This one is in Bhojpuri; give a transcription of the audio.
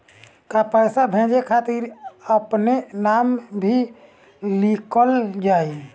का पैसा भेजे खातिर अपने नाम भी लिकल जाइ?